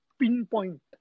pinpoint